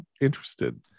interested